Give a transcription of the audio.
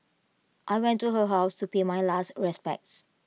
I went to her house to pay my last respects